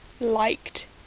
liked